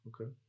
okay